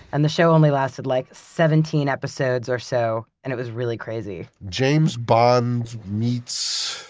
and the show only lasted, like, seventeen episodes or so, and it was really crazy. james bond meets